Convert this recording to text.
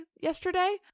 yesterday